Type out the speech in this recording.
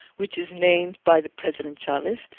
which is named by the president chavez,